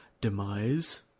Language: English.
demise